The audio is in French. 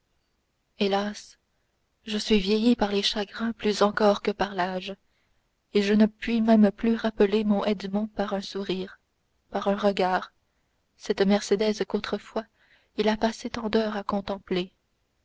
hélas je suis vieillie par les chagrins plus encore que par l'âge et je ne puis même plus rappeler à mon edmond par un sourire par un regard cette mercédès qu'autrefois il a passé tant d'heures à contempler